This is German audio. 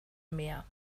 mehr